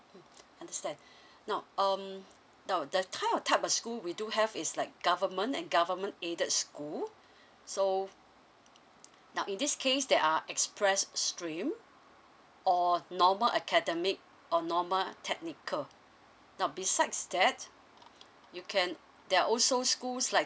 mm understand now um now the type of type of school we do have is like government and government aided school so now in this case there are express stream or normal academic or normal technical now besides that you can there are also schools like